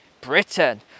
Britain